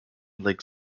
lake